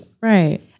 Right